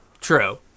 True